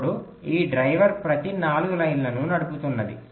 అప్పుడు ఈ డ్రైవర్ ప్రతి 4 లైన్లను నడుపుతున్నది